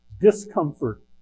discomfort